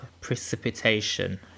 precipitation